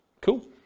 Cool